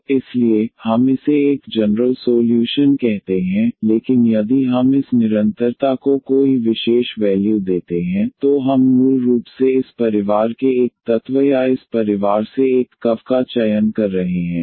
तो इसलिए हम इसे एक जनरल सोल्यूशन कहते हैं लेकिन यदि हम इस निरंतरता को कोई विशेष वैल्यू देते हैं तो हम मूल रूप से इस परिवार के एक तत्व या इस परिवार से एक कर्व का चयन कर रहे हैं